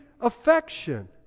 affection